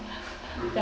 ya